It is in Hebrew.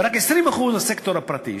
ורק 20% הסקטור הפרטי.